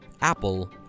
Apple